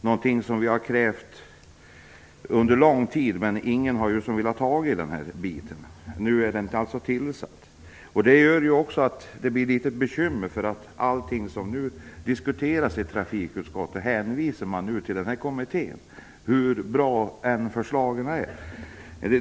Det har vi krävt under lång tid, men ingen har velat ta tag i den här biten. Nu är alltså en kommitté tillsatt. Men det innebär också ett litet bekymmer, därför att i alla diskussioner i trafikutskottet hänvisar man till kommittén - hur bra förslagen än är.